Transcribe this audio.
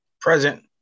Present